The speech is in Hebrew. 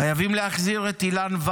הפאב הקהילתי